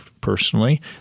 Personally